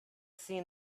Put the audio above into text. seen